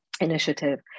initiative